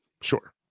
sure